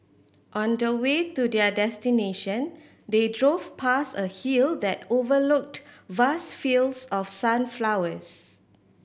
on the way to their destination they drove past a hill that overlooked vast fields of sunflowers